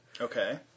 Okay